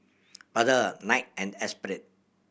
Brother Nike and Esprit